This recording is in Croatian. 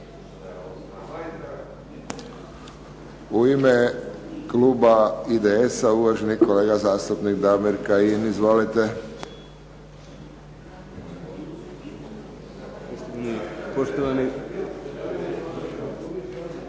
U ime kluba IDS-a, uvaženi kolega zastupnik Damir Kajin. Izvolite. **Kajin,